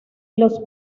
los